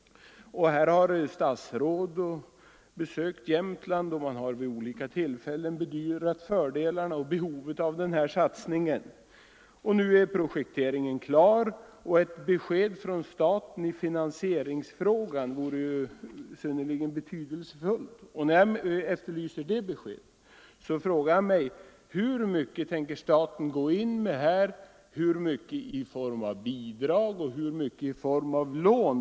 Statsråd har besökt Jämtland, och fördelarna med och behovet av den här satsningen har vid olika tillfällen bedyrats. Nu är projekteringen klar, och ett besked från staten i finansieringsfrågan vore synnerligen betydelsefullt. När jag efterlyser ett sådant besked vill jag fråga: Hur mycket tänker staten gå in med totalt, hur mycket i form av bidrag och hur mycket i form av lån?